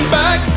back